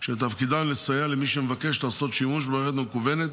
שתפקידן לסייע למי שמבקש לעשות שימוש במערכת המקוונת